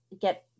get